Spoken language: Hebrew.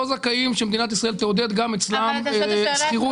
לא זכאים שמדינת ישראל תעודד גם אצלם שכירות